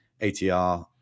ATR